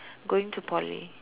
going to Poly